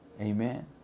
Amen